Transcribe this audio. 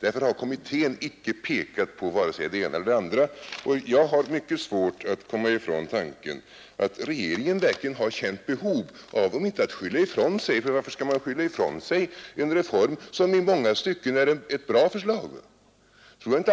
Därför har kommittén icke pekat på vare sig det ena eller det andra. Jag tror inte alls att regeringen har känt behov av att skylla ifrån sig. Varför skulle man skylla ifrån sig ett förslag om en reform som i många stycken är bra? Men jag har mycket svårt att komma ifrån tanken att